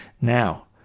now